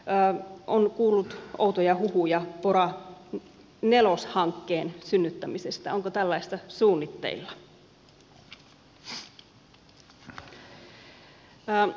olen kuullut outoja huhuja pora nelonen hankkeen synnyttämisestä onko tällaista suunnitteilla